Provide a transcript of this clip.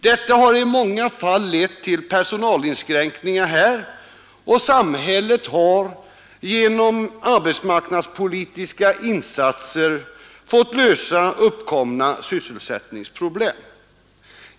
Detta har i många fall lett till personalinskränkningar här, och samhället har genom arbetsmarknadspolitiska insatser fått lösa uppkomna sysselsättningsproblem.